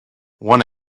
one